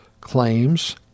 claims